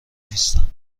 نیستم